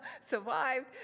survived